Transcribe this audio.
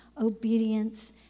obedience